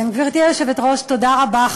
גברתי היושבת-ראש, תודה רבה.